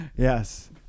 Yes